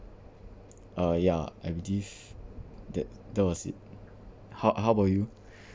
uh ya I believe that that was it how how about you